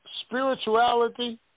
spirituality